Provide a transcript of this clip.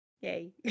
Yay